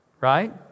right